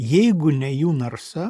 jeigu ne jų narsa